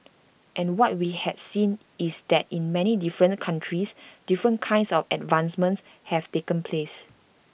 and what we had seen is that in many different countries different kinds of advancements have taken place